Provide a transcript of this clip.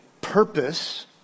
purpose